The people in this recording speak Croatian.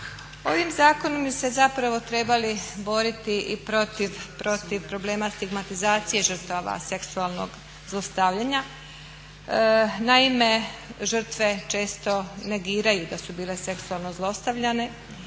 Ovim zakonom su se trebali boriti i protiv problema stigmatizacije žrtava seksualnog zlostavljanja. Naime, žrtve često negiraju da su bile seksualno zlostavljane.